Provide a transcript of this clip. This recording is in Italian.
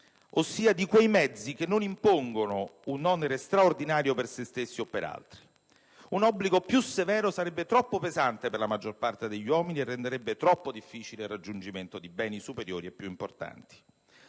ossia di quei mezzi che non impongono un onere straordinario per se stessi o per altri. Un obbligo più severo sarebbe troppo pesante per la maggior parte degli uomini e renderebbe troppo difficile il raggiungimento di beni superiori e più importanti.